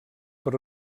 per